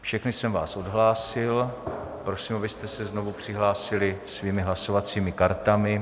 Všechny jsem vás odhlásil, prosím, abyste se znovu přihlásili svými hlasovacími kartami.